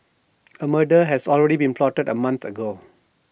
A murder had already been plotted A month ago